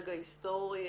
רגע היסטורי,